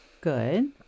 good